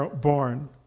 born